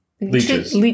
leeches